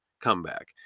comeback